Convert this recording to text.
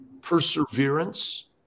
perseverance